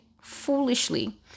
foolishly